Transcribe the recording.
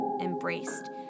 embraced